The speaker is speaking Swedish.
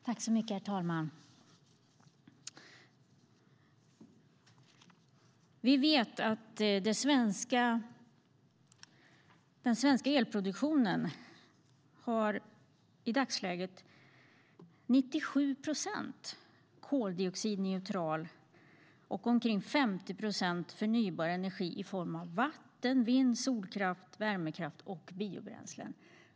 Herr talman! Den svenska elproduktionen är i dagsläget till 97 procent koldioxidneutral. Omkring 50 procent är förnybar energi i form av vattenkraft, vindkraft, solkraft, värmekraft och biobränsle.